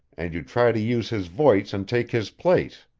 and you try to use his voice and take his place.